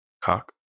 cock